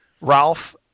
Ralph